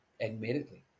Admittedly